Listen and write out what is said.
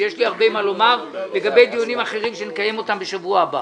ויש לי הרבה מה לומר לגבי דיונים אחרים שנקיים בשבוע הבא.